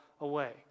away